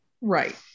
Right